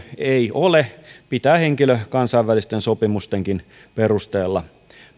ei ole pitää henkilö kansainvälisten sopimustenkin perusteella